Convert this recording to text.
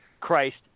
Christ